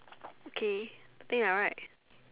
okay the thing are right